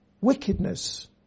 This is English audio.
wickedness